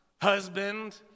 husband